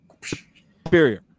superior